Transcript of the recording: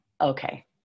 okay